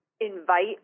invite